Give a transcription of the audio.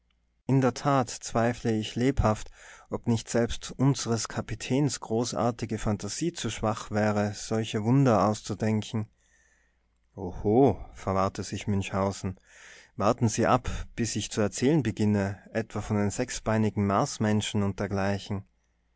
in der tat zweifle ich lebhaft ob nicht selbst unseres kapitäns großartige phantasie zu schwach wäre solche wunder auszudenken oho verwahrte sich münchhausen warten sie ab bis ich zu erzählen beginne etwa von den sechsbeinigen marsmenschen und dergleichen